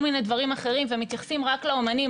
מיני דברים אחרים ומתייחסים רק לאמנים.